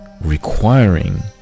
requiring